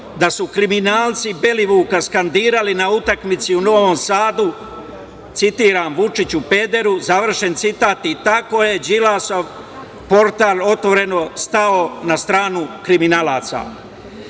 da su kriminalci Belivuka skandirali na utakmici u Novom Sadu, citiram – Vučiću pederu, završen citat i tako je Đilasov portal otvoreno stao na stranu kriminalaca. Poštovani